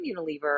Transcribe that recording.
Unilever